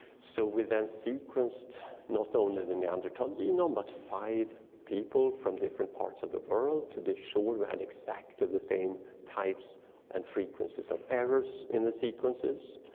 so we then sequenced not only the neanderthal genome but five people from different parts of the world to be sure we had exactly the same types and frequencies of errors in the sequences.